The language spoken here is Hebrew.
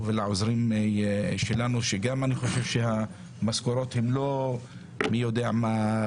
ולעוזרים שלנו שגם המשכורות שלהם לא מי יודע מה,